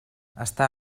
està